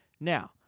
Now